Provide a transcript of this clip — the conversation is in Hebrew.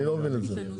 אני לא מבין את זה.